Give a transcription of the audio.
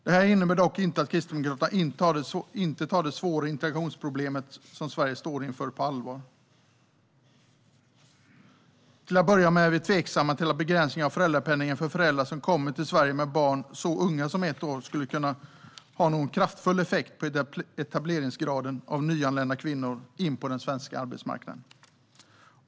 Detta innebär dock inte att Kristdemokraterna inte tar de svåra integrationsproblem som Sverige står inför på allvar. Till att börja med är vi tveksamma till att begränsningar av föräldrapenningen för föräldrar som kommer till Sverige med barn som är så unga som ett år skulle kunna ha någon kraftfull effekt på etableringsgraden av nyanlända kvinnor som ska in på den svenska arbetsmarknaden.